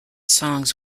songs